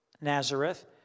Nazareth